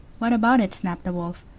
what about it? snapped the wolf,